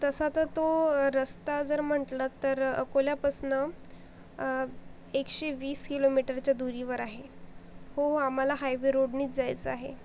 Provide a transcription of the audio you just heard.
तसा तर तो रस्ता जर म्हटलं तर अकोल्यापासनं एकशेवीस किलोमीटरच्या दुरीवर आहे हो आम्हाला हायवे रोडनीच जायचं आहे